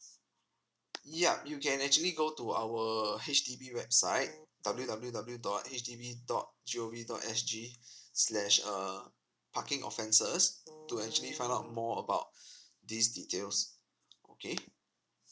ya you can actually go to our H_D_B website w w w dot H D B dot g o v dot s g slash uh parking offences to actually find out more about these details okay